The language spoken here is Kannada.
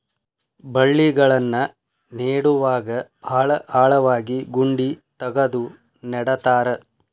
ಬಳ್ಳಿಗಳನ್ನ ನೇಡುವಾಗ ಭಾಳ ಆಳವಾಗಿ ಗುಂಡಿ ತಗದು ನೆಡತಾರ